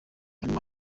harimo